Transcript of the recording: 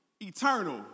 eternal